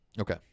Okay